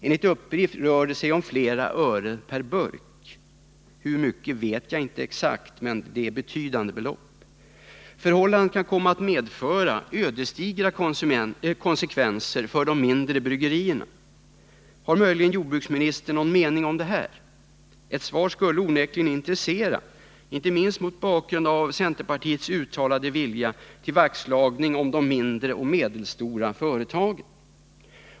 Enligt uppgift rör det sig om flera öre per burk. Exakt hur mycket det kan gälla vet jag inte, men det är fråga om betydande belopp. Detta förhållande kan komma att medföra ödesdigra konsekvenser för de mindre bryggerierna. Har möjligen jordbruksministern någon mening om detta? Ett svar skulle onekligen intressera — inte minst mot bakgrund av centerpartiets uttalade vilja till vaktslagning om de mindre och medelstora företagen.